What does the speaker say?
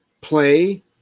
play